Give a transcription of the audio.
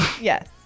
Yes